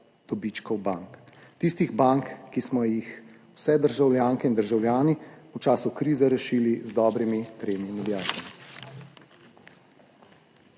dobičkov bank, tistih bank, ki smo jih vse državljanke in državljani v času krize rešili z dobrimi tremi milijardami.